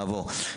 נעבור.